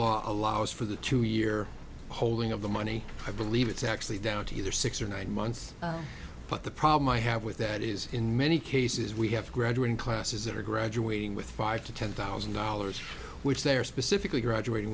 law allows for the two year holding of the money i believe it's actually down to either six or nine months but the problem i have with that is in many cases we have graduating classes that are graduating with five to ten thousand dollars which they are specifically graduating